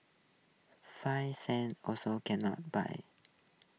five cents also can not buy